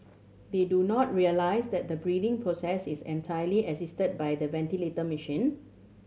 they do not realise that the breathing process is entirely assisted by the ventilator machine